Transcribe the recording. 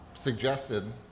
Suggested